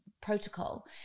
protocol